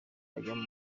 ajyanye